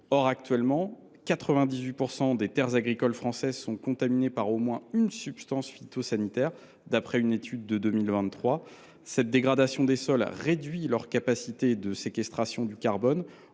une étude de 2023, 98 % des terres agricoles françaises sont contaminées par au moins une substance phytosanitaire. Cette dégradation des sols réduit leur capacité de séquestration du carbone.